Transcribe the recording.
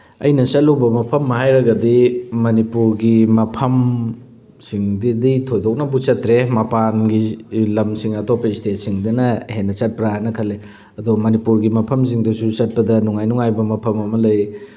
ꯑꯩꯅ ꯆꯠꯂꯨꯕ ꯃꯐꯝ ꯍꯥꯏꯔꯒꯗꯤ ꯃꯅꯤꯄꯨꯔꯒꯤ ꯃꯐꯝꯁꯤꯡꯗꯗꯤ ꯊꯣꯏꯗꯣꯛꯅꯕꯨ ꯆꯠꯇ꯭ꯔꯦ ꯃꯄꯥꯟꯒꯤ ꯂꯝꯁꯤꯡ ꯑꯇꯣꯞꯄ ꯏꯁꯇꯦꯠꯁꯤꯡꯗꯅ ꯍꯦꯟꯅ ꯆꯠꯄ꯭ꯔꯥ ꯍꯥꯏꯅ ꯈꯜꯂꯤ ꯑꯗꯣ ꯃꯅꯤꯄꯨꯔꯒꯤ ꯃꯐꯝꯁꯤꯡꯗꯁꯨ ꯆꯠꯄꯗ ꯅꯨꯡꯉꯥꯏ ꯅꯨꯡꯉꯥꯏꯕ ꯃꯐꯝ ꯑꯃ ꯂꯩ